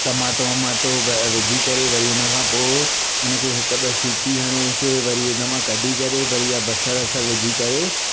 और टमाटो वमाटो विझी करे वरी उन खां पोइ उन खे हिकु ॿ सीटी हणेसि वरी उन मां कढी करे बढ़िया बसर वसर विझी करे